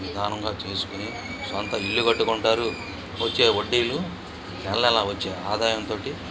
విధానంగా చేసుకొని సొంత ఇల్లు కట్టుకుంటారు వచ్చే వడ్డీలు నెల నెల వచ్చే ఆదాయంతో